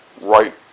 right